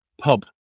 pub